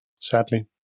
sadly